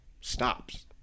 Stops